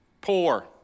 poor